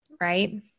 right